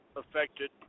affected